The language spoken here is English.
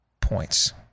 points